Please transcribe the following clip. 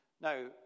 Now